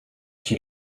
qui